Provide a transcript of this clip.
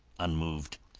unmoved,